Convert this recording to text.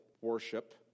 worship